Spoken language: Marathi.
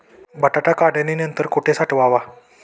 बटाटा काढणी नंतर कुठे साठवावा?